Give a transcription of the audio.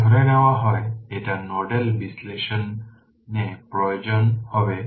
যদি ধরে নেওয়া হয় এটা নোডাল বিশ্লেষণে প্রযোজ্য হবে